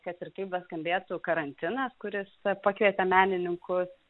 kad ir kaip beskambėtų karantinas kuris pakvietė menininkus